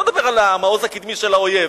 אני לא מדבר על המעוז הקדמי של האויב,